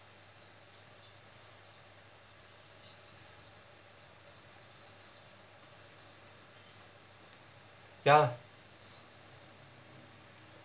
ya